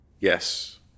Yes